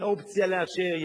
אין אופציה לאשר,